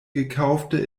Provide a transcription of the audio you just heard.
gekaufte